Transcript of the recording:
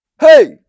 Hey